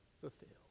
fulfilled